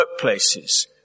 workplaces